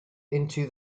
into